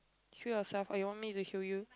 kill yourself or you want me to kill you